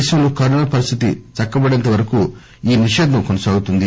దేశంలో కరోనా పరిస్థితి చక్కబడేంత వరకు ఈ నిషేధం కొనసాగుతుంది